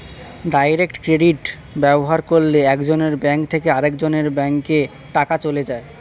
direct credit ব্যবহার করলে একজনের ব্যাঙ্ক থেকে আরেকজনের ব্যাঙ্কে টাকা চলে যায়